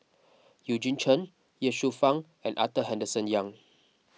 Eugene Chen Ye Shufang and Arthur Henderson Young